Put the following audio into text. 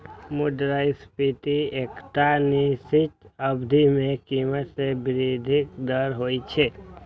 मुद्रास्फीति एकटा निश्चित अवधि मे कीमत मे वृद्धिक दर होइ छै